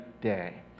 day